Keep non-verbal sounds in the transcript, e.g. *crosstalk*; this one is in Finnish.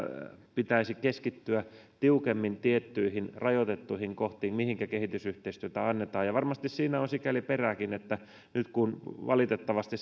pitäisi keskittyä tiukemmin tiettyihin rajoitettuihin kohtiin mihinkä kehitysyhteistyötä annetaan varmasti siinä on sikäli perääkin että nyt kun valitettavasti *unintelligible*